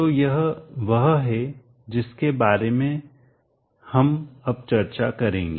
तो यह वह है जिसके बारे में हम अब चर्चा करेंगे